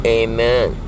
amen